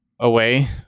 away